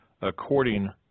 according